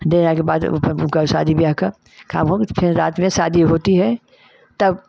देना के बाद का शादी बियाह का खाब होग तो फेर रात में शादी होती है तब